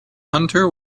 hunter